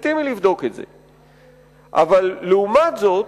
לעומת זאת,